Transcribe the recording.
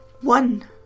One